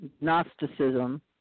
Gnosticism